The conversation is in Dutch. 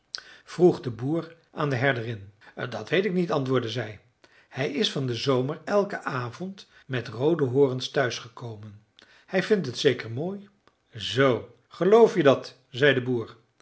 vroeg de boer aan de herderin dat weet ik niet antwoordde zij hij is van den zomer elken avond met roode horens thuis gekomen hij vindt het zeker mooi zoo geloof je dat zei de boer